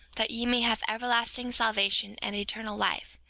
that ye may have everlasting salvation and eternal life,